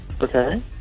Okay